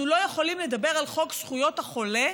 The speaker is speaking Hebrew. אנחנו לא יכולים לדבר על חוק זכויות החולה